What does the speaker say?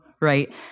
right